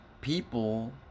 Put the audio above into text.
people